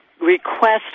request